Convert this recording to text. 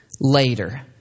later